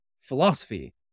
philosophy